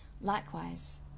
likewise